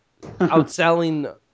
outselling